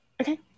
Okay